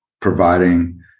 providing